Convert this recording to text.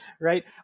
Right